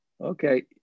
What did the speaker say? Okay